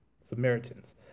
Samaritans